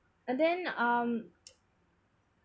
and then um